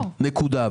נקודה.